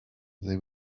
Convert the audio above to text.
they